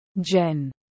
Jen